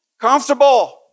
Comfortable